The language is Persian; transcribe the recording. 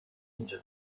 اینجا